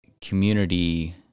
community